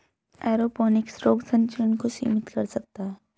aeroponics रोग संचरण को सीमित कर सकता है